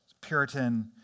Puritan